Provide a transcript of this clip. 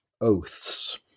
oaths